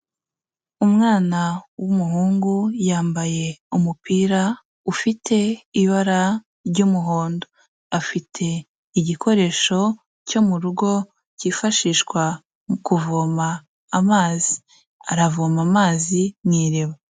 Umwana w'umuhungu yambaye umupira ufite ibara ry'umuhondo, afite igikoresho cyo mu rugo cyifashishwa mu kuvoma amazi, aravoma amazi mu iriba.